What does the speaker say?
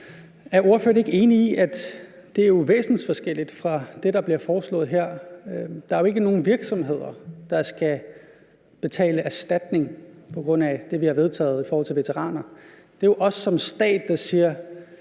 Er ordføreren ikke enig i, at det jo er væsensforskelligt fra det, der bliver foreslået her? Der er jo ikke nogen virksomheder, der skal betale erstatning på grund af det, vi har vedtaget i forhold til veteraner. Det er jo os, der som stat siger: